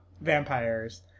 vampires